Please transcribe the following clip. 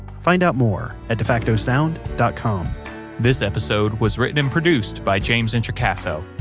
find out more at defactosound dot com this episode was written and produced by james introcaso,